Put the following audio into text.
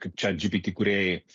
kaip chatgpt kūrėjai